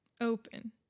Open